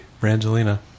Brangelina